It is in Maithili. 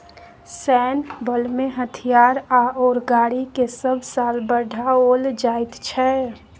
सैन्य बलमें हथियार आओर गाड़ीकेँ सभ साल बढ़ाओल जाइत छै